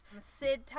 Sid